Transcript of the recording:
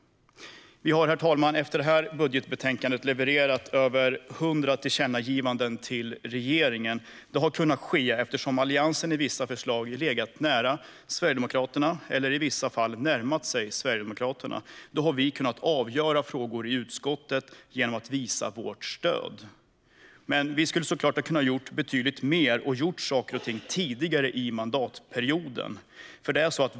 Efter det här budgetbetänkandet har vi levererat över 100 tillkännagivanden till regeringen. Det har kunnat ske eftersom Alliansen har legat nära Sverigedemokraterna eller har närmat sig Sverigedemokraterna i vissa förslag. Då har vi kunnat avgöra frågor i utskottet genom att visa vårt stöd. Vi skulle såklart ha kunnat göra betydligt mer och tidigare i mandatperioden.